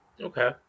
Okay